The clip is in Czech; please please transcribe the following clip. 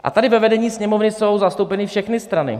A tady ve vedení Sněmovny jsou zastoupeny všechny strany.